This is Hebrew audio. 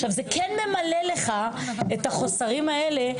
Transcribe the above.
עכשיו, זה כן ממלא לך את החוסרים האלה.